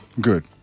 Good